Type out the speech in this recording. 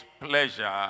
pleasure